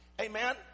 Amen